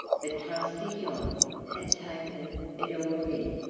but trusty john had taken it all in,